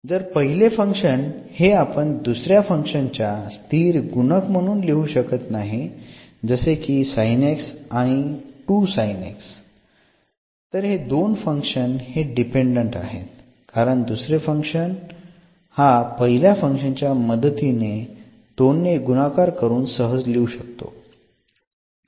जर पहिले फंक्शन हे आपण दुसऱ्या फंक्शन च्या स्थिर गुणक म्हणून लिहू शकत नाही जसे की तर हे दोन फंक्शन हे डिपेंडेंट आहेत कारण दुसरे फंक्शन आपण पहिल्या फंक्शन च्या मदतीने 2 ने गुणाकार करून सहज लिहू शकतो